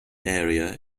area